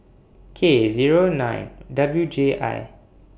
K Zero nine W J I